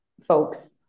folks